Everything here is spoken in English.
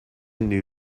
new